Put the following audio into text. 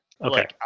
okay